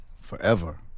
forever